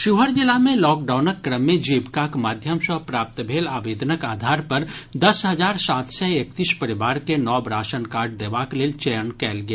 शिवहर जिला मे लॉकडाउनक क्रम मे जीविकाक माध्यम सँ प्राप्त भेल आवेदनक आधार पर दस हजार सात सय एकतीस परिवार के नव राशन कार्ड देबाक लेल चयन कयल गेल